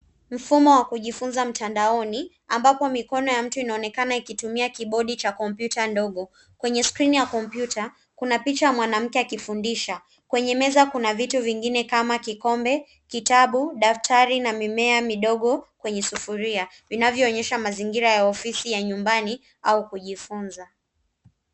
Mfumo wa kujifunza mtandaoni ambapo mikono ya mtu inaonekana ikitumia kibodi ya kompyuta ndogo. Kwenye skrini ya kompyuta, kuna picha ya mwanamke akifundisha. Kwenye meza kuna vitu vingine kama kikombe, kitabu, daftari, na mimea midogo kwenye sufuria. Hii inaonyesha mazingira ya ofisi ya nyumbani au ya kujifunzia